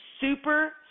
super